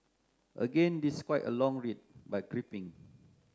again this quite a long read but gripping